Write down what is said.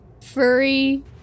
furry